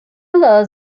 lost